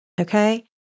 okay